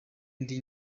ndi